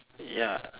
ya